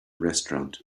restaurant